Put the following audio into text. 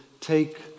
take